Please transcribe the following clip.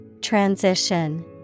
Transition